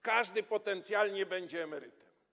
Każdy potencjalnie będzie emerytem.